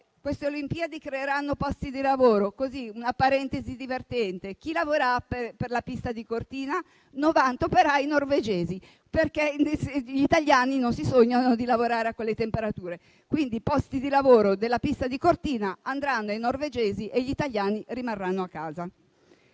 queste Olimpiadi creeranno posti di lavoro. Apro una parentesi divertente: chi lavora per la pista di Cortina? Vi lavorano 90 operai norvegesi, perché gli italiani non si sognano di lavorare a quelle temperature. Quindi, i posti di lavoro della pista di Cortina andranno ai norvegesi e gli italiani rimarranno a casa.